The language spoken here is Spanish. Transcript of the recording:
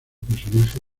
personaje